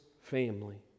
family